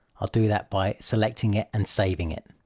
i'll do that by selecting it and saving it.